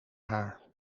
haar